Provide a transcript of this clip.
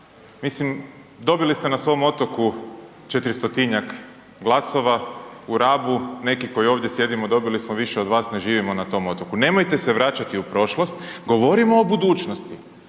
mislim, dobili ste na svom otoku 400—tinjak glasova, u Rabu. Neki koji ovdje sjedimo, dobili smo više od vas, ne živimo na tom otoku, nemojte se vraćati u prošlost, govorimo o budućnosti.